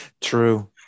True